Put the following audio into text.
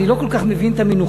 אני לא כל כך מבין את המינוחים.